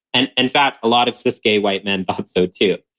and in fact, a lot of cis gay white men thought so too.